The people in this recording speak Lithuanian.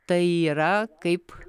tai yra kaip